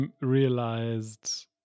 realized